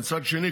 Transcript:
ומצד שני,